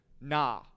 nah